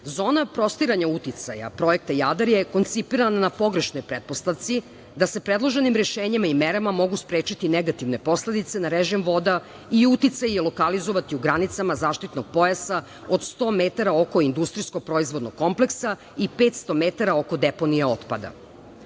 prostiranja uticaja projekta Jadar je koncipirana na pogrešnoj pretpostavci da se predloženom rešenjima i merama mogu sprečiti negativne posledice na režim voda i uticaje lokalizovati u granicama zaštitnog pojasa od 100 metara oko industrijsko-proizvodnog kompleksa i 500 metara oko deponija